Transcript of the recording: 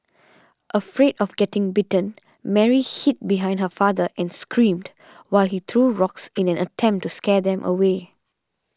afraid of getting bitten Mary hid behind her father and screamed while he threw rocks in an attempt to scare them away